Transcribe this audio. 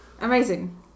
amazing